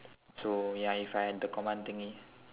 so ya if I had the command thingy